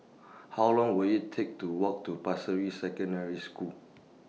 How Long Will IT Take to Walk to Pasir Ris Secondary School